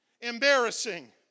embarrassing